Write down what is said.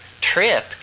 trip